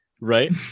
right